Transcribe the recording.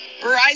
Verizon